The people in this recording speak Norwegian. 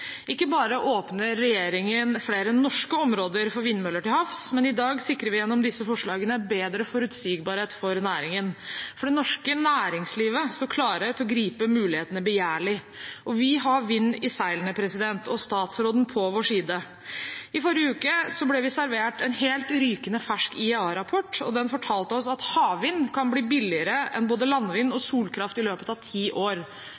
Ikke bare åpner regjeringen flere norske områder for vindmøller til havs, men i dag sikrer vi gjennom disse forslagene bedre forutsigbarhet for næringen. For det norske næringslivet står klare til å gripe mulighetene begjærlig. Vi har vind i seilene – og statsråden på vår side. I forrige uke ble vi servert en helt rykende fersk IEA-rapport. Den fortalte oss at havvind kan bli billigere enn både landvind og solkraft i løpet av ti år